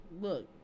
Look